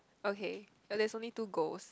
okay there's only two goes